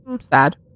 sad